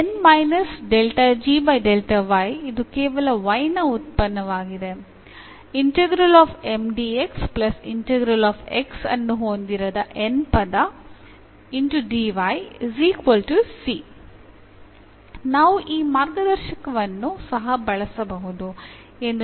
ನಾವು ಈ ಮಾರ್ಗದರ್ಶಕವನ್ನು ಸಹ ಬಳಸಬಹುದು ಎಂದು ನಾವು ಉದಾಹರಣೆಯಲ್ಲಿ ನೋಡುತ್ತೇವೆ